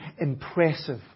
impressive